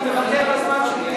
אני מוותר על הזמן שלי,